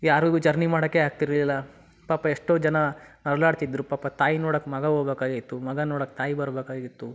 ಯಾರಿಗೂ ಜರ್ನಿ ಮಾಡೋಕ್ಕೇ ಆಗ್ತಿರಲಿಲ್ಲ ಪಾಪ ಎಷ್ಟೋ ಜನ ನರಳಾಡ್ತಿದ್ರು ಪಾಪ ತಾಯಿ ನೋಡಕ್ಕೆ ಮಗ ಹೋಗ್ಬೇಕಾಗಿತ್ತು ಮಗನ್ನ ನೋಡಕ್ಕೆ ತಾಯಿ ಬರ್ಬೇಕಾಗಿತ್ತು